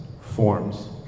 forms